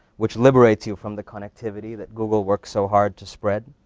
which liberates you from the connectivity that google works so hard to spread.